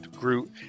Groot